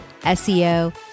SEO